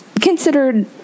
considered